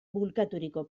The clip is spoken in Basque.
bulkaturiko